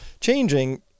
changing